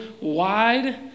wide